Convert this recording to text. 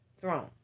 throne